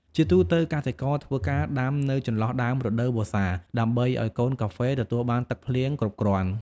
ជាទូទៅ កសិករធ្វើការដាំនៅចន្លោះដើមរដូវវស្សា ដើម្បីឱ្យកូនកាហ្វេទទួលបានទឹកភ្លៀងគ្រប់គ្រាន់។